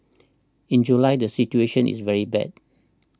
in July the situation is very bad